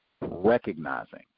recognizing